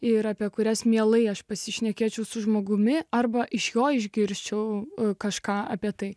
ir apie kurias mielai pasišnekėčiau su žmogumi arba iš jo išgirsčiau kažką apie tai